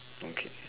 okay